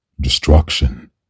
destruction